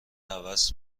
عوض